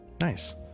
nice